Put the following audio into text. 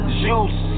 juice